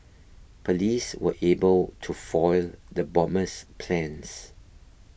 police were able to foil the bomber's plans